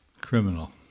Criminal